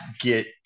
get